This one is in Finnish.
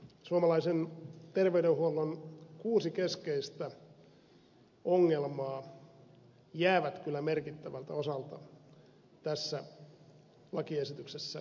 suomalaisen terveydenhuollon kuusi keskeistä ongelmaa jäävät kyllä merkittävältä osalta tässä lakiesityksessä ratkaisua vaille